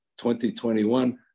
2021